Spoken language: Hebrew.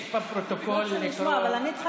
תפסיק עם זה, באמת.